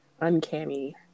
uncanny